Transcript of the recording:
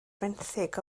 fenthyg